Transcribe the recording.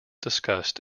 discussed